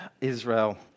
Israel